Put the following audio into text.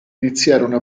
iniziarono